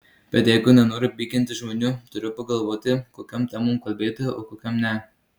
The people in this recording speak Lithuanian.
bet jeigu nenoriu pykinti žmonių turiu pagalvoti kokiom temom kalbėti o kokiom ne